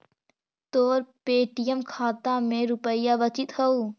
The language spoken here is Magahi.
तोर पे.टी.एम खाता में के रुपाइया बचित हउ